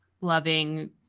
loving